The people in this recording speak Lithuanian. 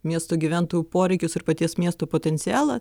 miesto gyventojų poreikius ir paties miesto potencialą